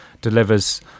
delivers